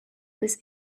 this